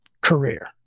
career